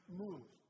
move